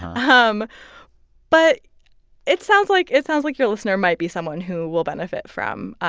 um um but it sounds like it sounds like your listener might be someone who will benefit from,